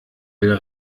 will